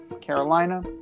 Carolina